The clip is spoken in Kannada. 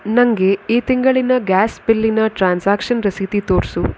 ನಂಗೆ ಈ ತಿಂಗಳಿನ ಗ್ಯಾಸ್ ಬಿಲ್ಲಿನ ಟ್ರಾನ್ಸಾಕ್ಷನ್ ರಸೀತಿ ತೋರಿಸು